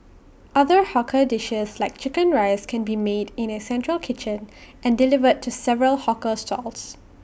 other hawker dishes like Chicken Rice can be made in A central kitchen and delivered to several hawker stalls